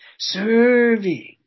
Serving